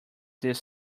this